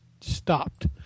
stopped